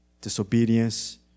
disobedience